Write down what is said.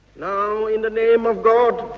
now in the name of god,